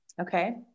Okay